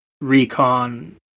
recon